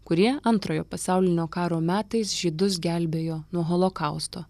kurie antrojo pasaulinio karo metais žydus gelbėjo nuo holokausto